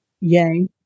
Yay